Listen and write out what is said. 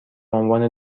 عنوان